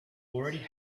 already